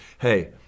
hey